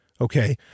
Okay